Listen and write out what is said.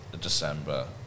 December